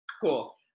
Cool